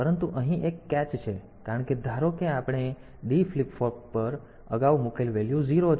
પરંતુ અહીં એક કેચ છે કારણ કે ધારો કે આપણે આ D ફ્લિપ ફ્લોપ પર અગાઉ મૂકેલ વેલ્યુ 0 છે